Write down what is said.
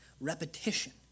Repetition